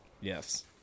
Yes